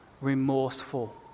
remorseful